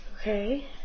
Okay